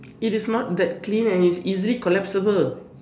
it is not that clean and it's easily collapsible